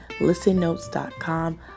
listennotes.com